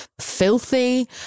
filthy